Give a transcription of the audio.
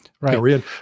right